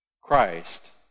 Christ